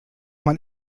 man